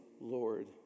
Lord